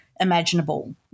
Imaginable